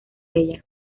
ella